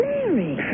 Mary